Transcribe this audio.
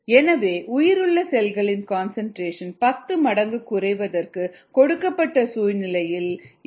2min எனவே உயிருள்ள செல்களின் கன்சன்ட்ரேஷன் 10 மடங்கு குறைவதற்கு கொடுக்கப்பட்ட சூழ்நிலையில் 7